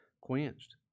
quenched